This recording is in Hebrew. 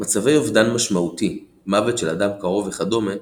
מצבי אובדן משמעותי מוות של אדם קרוב וכדומה